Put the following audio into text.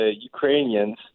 Ukrainians